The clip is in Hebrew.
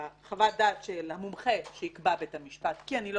בחוות הדעת של המומחה שיקבע בית המשפט כי אני לא